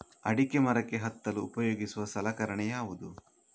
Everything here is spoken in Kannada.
ಅಡಿಕೆ ಮರಕ್ಕೆ ಹತ್ತಲು ಉಪಯೋಗಿಸುವ ಸಲಕರಣೆ ಯಾವುದು?